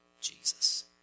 Jesus